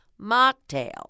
mocktail